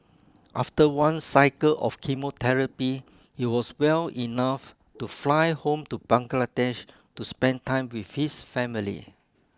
after one cycle of chemotherapy he was well enough to fly home to Bangladesh to spend time with his family